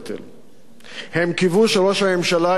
הם קיוו שראש הממשלה יעמוד באתגר,